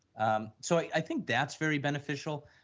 um so, i think that's very beneficial,